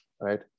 Right